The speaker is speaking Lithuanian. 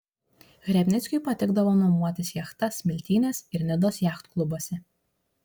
hrebnickiui patikdavo nuomotis jachtas smiltynės ir nidos jachtklubuose